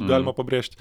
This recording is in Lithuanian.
galima pabrėžti